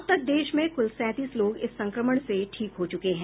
अब तक देश में कुल सैंतीस लोग इस संक्रमण से ठीक हो चुके हैं